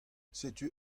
setu